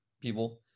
people